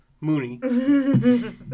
Mooney